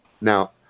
Now